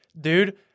dude